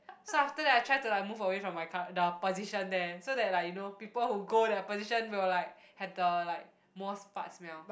so after that I try to like move away from my cur~ the position there so that like you know people who go the position will like had the like most part smell